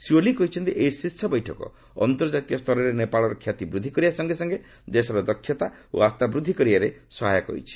ଶ୍ରୀ ଓଲି କହିଛନ୍ତି ଏହି ଶୀର୍ଷ ବୈଠକ ଅନ୍ତର୍ଜାତୀୟ ସ୍ତରରେ ନେପାଳର ଖ୍ୟାତି ବୃଦ୍ଧି କରିବା ସଙ୍ଗେ ସଙ୍ଗେ ଦେଶର ଦକ୍ଷତା ଓ ଆସ୍ଥା ବୃଦ୍ଧି କରିବାରେ ସହାୟକ ହୋଇଛି